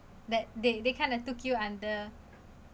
that they they kind of took you under